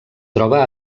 troba